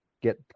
get